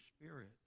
spirit